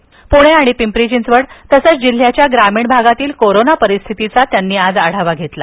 पूणे आणि पिंपरी चिंचवड तसंच जिल्ह्याच्या ग्रामीण भागातील कोरोना परिस्थितीचा त्यांनी आज आढावा घेतला